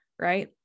Right